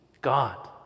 God